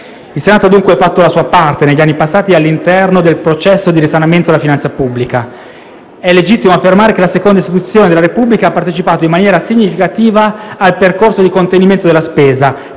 Il Senato ha dunque fatto la sua parte, negli anni passati, all'interno del processo di risanamento della finanza pubblica. È legittimo affermare che la seconda istituzione della Repubblica ha partecipato in maniera significativa al percorso di contenimento della spesa